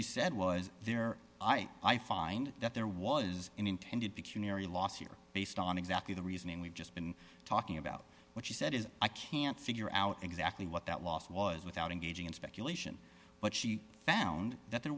she said was there i i find that there was intended to culinary last year based on exactly the reasoning we've just been talking about what she said is i can't figure out exactly what that loss was without engaging in speculation but she found that